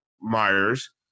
Myers